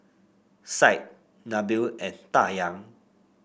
Syed Nabil and Dayang